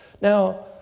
Now